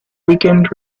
weekend